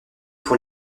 pour